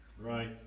Right